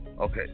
Okay